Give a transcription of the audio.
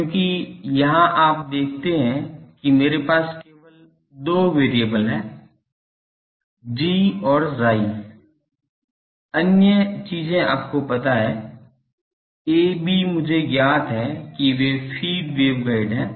क्योंकि यहां आप देखते हैं कि मेरे पास केवल 2 वेरिएबल हैं G और chi अन्य अन्य चीजें आपको पता है a b मुझे ज्ञात है कि वे फीड वेवगाइड हैं